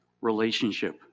relationship